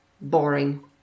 boring